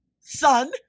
son